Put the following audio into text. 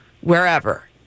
wherever